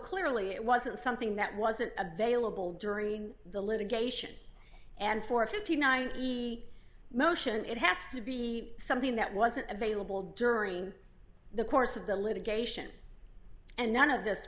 clearly it wasn't something that wasn't available during the litigation and for fifty nine dollars the motion it has to be something that wasn't available during the course of the litigation and none of this